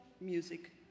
music